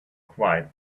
quiet